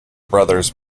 brothers